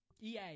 ea